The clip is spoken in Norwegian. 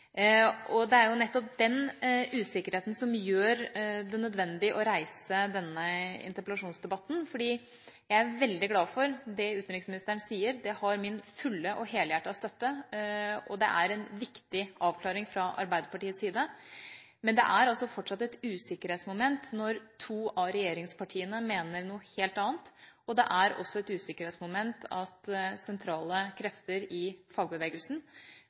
i Senterpartiet går jo åpent ut og sier at man ønsker at dette skal være et forhandlingspunkt i eventuelle regjeringsforhandlinger. Det er nettopp denne usikkerheten som gjør det nødvendig å reise denne interpellasjonsdebatten. Jeg er veldig glad for det utenriksministeren sier. Det har min fulle og helhjertede støtte, og er en viktig avklaring fra Arbeiderpartiets side. Men det er fortsatt et usikkerhetsmoment når to av regjeringspartiene mener noe helt annet. Det er også et usikkerhetsmoment at